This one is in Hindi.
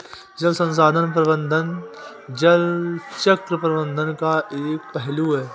जल संसाधन प्रबंधन जल चक्र प्रबंधन का एक पहलू है